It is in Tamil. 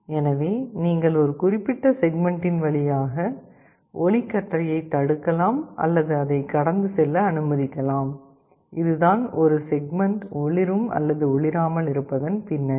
எனவே நீங்கள் ஒரு குறிப்பிட்ட செக்மெண்ட்டின் வழியாக ஒளிக்கற்றையைத் தடுக்கலாம் அல்லது அதை கடந்து செல்ல அனுமதிக்கலாம் இதுதான் ஒரு செக்மெண்ட் ஒளிரும் அல்லது ஒளிராமல் இருப்பதன் பின்னணி